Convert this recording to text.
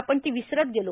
आपण ती विसरत गेला